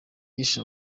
yishe